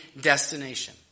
destination